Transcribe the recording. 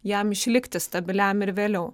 jam išlikti stabiliam ir vėliau